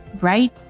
Right